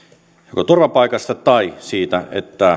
joko turvapaikasta tai siitä että